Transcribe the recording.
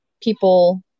people